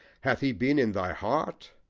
hath he been in thy heart?